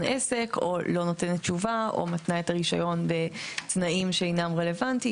עסק או לא נותנת תשובה או מתנה את הרישיון בתנאים שאינם רלוונטיים,